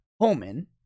Holman